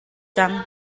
cang